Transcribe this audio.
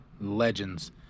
legends